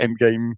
endgame